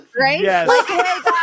Right